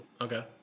Okay